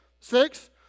six